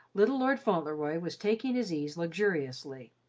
little lord fauntleroy was taking his ease luxuriously.